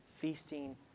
feasting